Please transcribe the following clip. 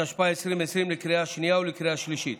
התשפ"א 2020, לקריאה שנייה ולקריאה שלישית.